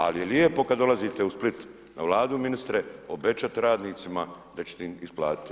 Ali je lijepo kad dolazite u Split na Vladu ministre, obećat radnicima da ćete im isplatiti.